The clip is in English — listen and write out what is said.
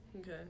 Okay